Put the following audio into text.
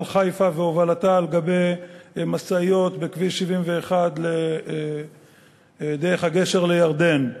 חיפה והובלתה על גבי משאיות בכביש 71 דרך הגשר לירדן,